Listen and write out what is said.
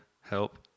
help